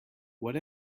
what